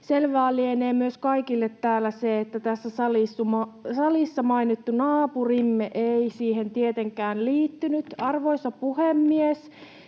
Selvää lienee myös kaikille täällä se, että tässä salissa mainittu naapurimme ei siihen tietenkään liittynyt. Arvoisa puhemies!